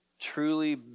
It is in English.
truly